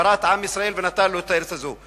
ברא את עם ישראל ונתן לו את הארץ הזאת.